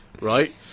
right